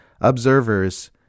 Observers